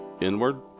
inward